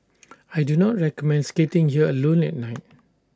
I do not recommend skating here alone at night